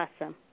Awesome